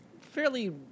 fairly